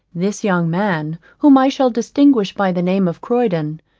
this young man, whom i shall distinguish by the name of corydon,